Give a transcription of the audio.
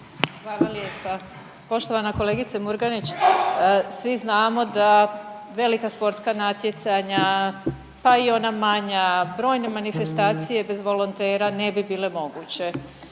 Hvala lijepa. Poštovana kolegice Murganić svi znamo da velika sportska natjecanja pa i ona manja, brojne manifestacije bez volontera ne bi bile moguće.